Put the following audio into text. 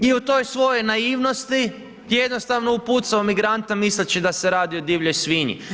I u tvoj svojoj naivnosti je jednostavno upucao migranta misleći da se radi o divljoj svinji.